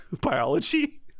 biology